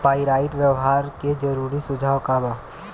Pyrite व्यवहार के जरूरी सुझाव का वा?